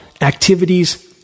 activities